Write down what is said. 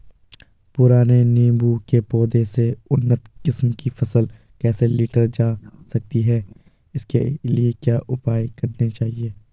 पुराने नीबूं के पौधें से उन्नत किस्म की फसल कैसे लीटर जा सकती है इसके लिए क्या उपाय करने चाहिए?